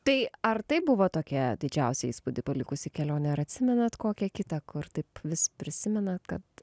tai ar tai buvo tokia didžiausią įspūdį palikusi kelionė ar atsimenat kokią kitą kur taip vis prisimenat kad